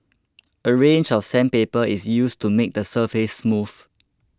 a range of sandpaper is used to make the surface smooth